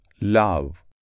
Love